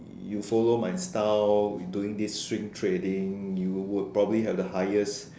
you follow my style doing this string trading you would probably have the highest